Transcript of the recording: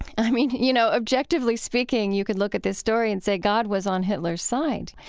i mean, you know, objectively speaking, you could look at this story and say god was on hitler's side,